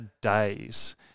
Days